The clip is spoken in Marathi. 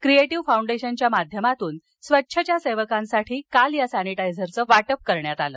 क्रिएटिव्ह फौंडेशन च्या माध्यमातून स्वच्छ च्या सेवकांसाठी काल या सॅनिटायझरचं वाटप करण्यात आलं